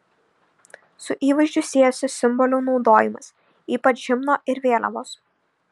su įvaizdžiu siejosi simbolių naudojimas ypač himno ir vėliavos